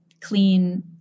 clean